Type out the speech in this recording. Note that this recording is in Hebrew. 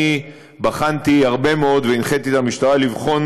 אני בחנתי הרבה מאוד והנחיתי את המשטרה לבחון